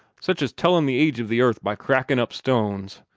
such as tellin' the age of the earth by crackin' up stones.